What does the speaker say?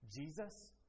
Jesus